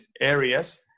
areas